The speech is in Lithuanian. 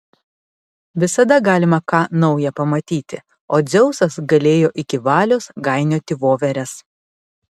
visada galima ką nauja pamatyti o dzeusas galėjo iki valios gainioti voveres